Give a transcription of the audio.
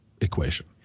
equation